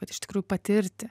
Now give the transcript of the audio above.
kad iš tikrųjų patirti